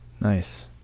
nice